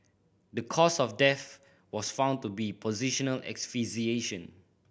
the cause of death was found to be positional asphyxiation